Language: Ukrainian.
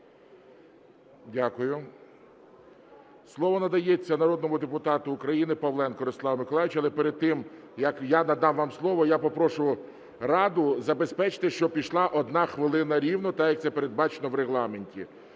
Дякую. Слово надається народному депутату України Павленку Ростиславу Миколайовичу. Але перед тим, як я надам вам слово, я попрошу Раду забезпечити, щоб пішла хвилина рівно, так, як це передбачено в Регламенті.